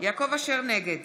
נגד